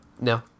No